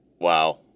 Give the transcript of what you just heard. Wow